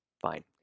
Fine